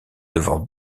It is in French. devant